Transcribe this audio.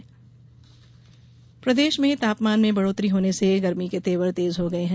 मौसम प्रदेश में तापमान में बढ़ोत्तरी होने से गर्मी के तेवर तेज हो गये है